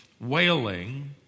wailing